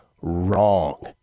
wrong